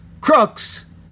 Crooks